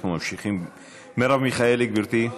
אנחנו ממשיכים: מרב מיכאלי, גברתי,